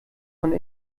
von